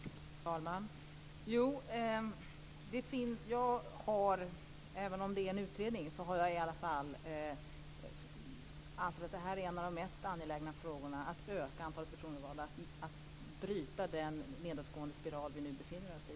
Fru talman! Jag vill säga, även om det gäller en utredning, att jag har ansett att en av de mest angelägna frågorna är hur vi ska kunna öka antalet förtroendevalda och bryta den nedåtgående spiral vi nu befinner oss i.